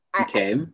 Okay